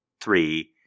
three